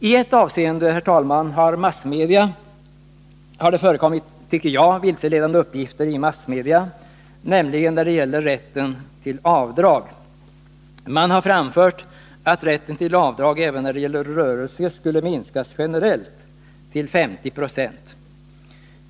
I ett avseende, herr talman, har det enligt min mening i massmedia förekommit vilseledande uppgifter, nämligen i fråga om rätten till avdrag. Man har påstått att rätten till avdrag även när det gäller rörelse generellt skulle minskas till 50 20.